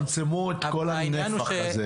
אתם תצמצמו את כל הנפח הזה.